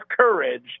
courage